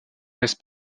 laisse